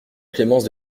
clémence